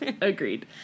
agreed